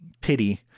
pity